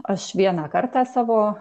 aš vieną kartą savo